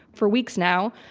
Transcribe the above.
for weeks now,